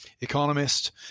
economist